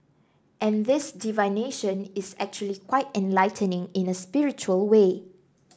and this divination is actually quite enlightening in a spiritual way